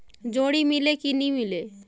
जोणी मीले कि नी मिले?